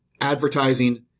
advertising